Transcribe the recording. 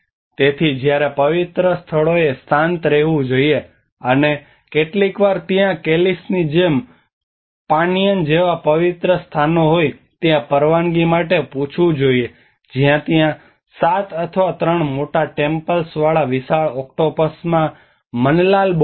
તેથી જ્યારે પવિત્ર સ્થળોએ શાંત રહેવું જોઈએ અને કેટલીકવાર ત્યાં કેલિસની જેમ પાન્યાન જેવા પવિત્ર સ્થાનો હોય ત્યાં પરવાનગી માટે પૂછવું જોઈએ જ્યાં ત્યાં 7 અથવા 3 મોટા ટેમ્પ્ટેલ્સવાળા વિશાળ ઓક્ટોપસમાં મનલાલબોટ છે